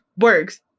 works